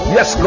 Yes